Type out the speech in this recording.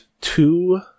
two